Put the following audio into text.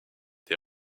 des